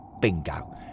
Bingo